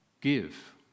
give